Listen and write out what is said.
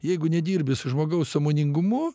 jeigu nedirbi su žmogaus sąmoningumu